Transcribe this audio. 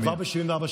אבל כבר ב-1974,